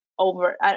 over